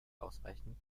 ausreichend